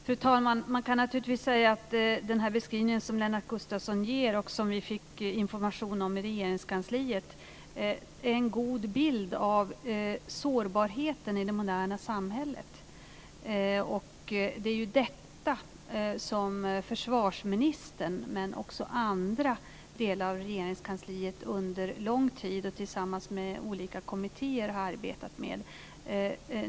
Fru talman! Man kan naturligtvis säga att den beskrivning som Lennart Gustavsson ger och som vi fick information om i Regeringskansliet är en god bild av sårbarheten i det moderna samhället. Det är ju detta som försvarsministern, men också andra delar av Regeringskansliet, under lång tid och tillsammans med olika kommittéer har arbetat med.